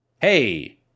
Hey